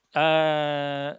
uh